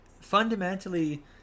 fundamentally